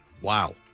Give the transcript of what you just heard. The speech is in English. Wow